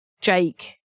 Jake